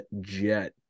jet